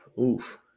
Oof